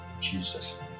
Jesus